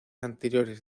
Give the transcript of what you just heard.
anteriores